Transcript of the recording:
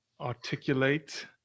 articulate